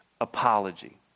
apology